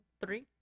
Three